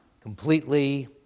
completely